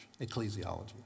ecclesiology